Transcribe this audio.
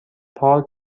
پارک